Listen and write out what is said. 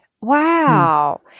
Wow